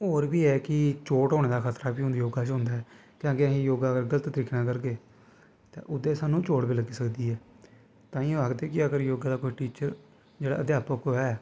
होर एह् ऐ कि चोट होने दा खतरा बी योग करने च होंदा ऐ ते अगर अस योगा गल्त तरीकै नै करगे ते ओह्दै च साह्नू चोट बी लग्गी सकदी ऐ तांईयै आखदे कि योगा दा अगर कोई टीचर जेह्ड़ा अध्यापक होऐ